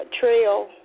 Trail